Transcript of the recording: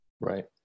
Right